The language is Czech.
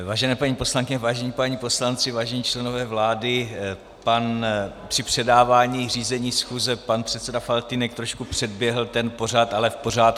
Vážené paní poslankyně, vážení páni poslanci, vážení členové vlády, při předávání řízení schůze pan předseda Faltýnek trošku předběhl ten pořad, ale v pořádku.